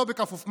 לא בכפוף,